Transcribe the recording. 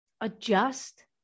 adjust